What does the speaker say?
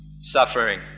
suffering